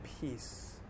peace